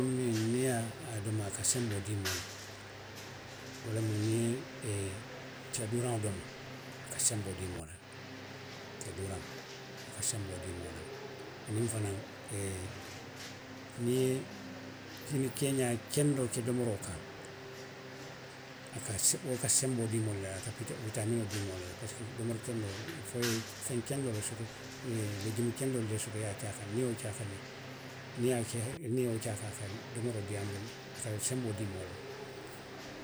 Kuu miŋ niŋ i ye a dommo a ka senboo dii moo la, wo lemu niŋ i ye tiya duuraŋo domo, a ka senboo dii moo la le. Tiya duuraŋo, wo ka senboo dii moo la le, aniŋ fanaŋ niŋ i ye kini keeňaa kendoo ke domoroo kaŋ, a ka, wo ka senboo dii moo la le. A ka witaminoo dii moo la le parisiko domori kendoo fo i ye feŋ kendoo le soto leegumi kendoolu le soto i ye a ke a kaŋ; niŋ i ye wo ke a kaŋ rek, niŋ i ye wo ke a kaŋ, a ka domoroo diiyaandi, a ka senboo dii moo la le.